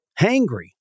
hangry